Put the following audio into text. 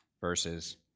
verses